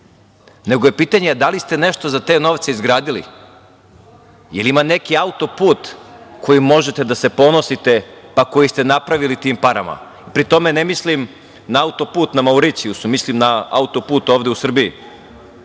nego je pitanje da li ste nešto za te novce izgradili? Jel ima neki auto-put kojim možete da se ponosite a koji ste napravili tim parama? Pri tome, ne mislim na auto-put na Mauricijusu, mislim na auto-put ovde u Srbiji.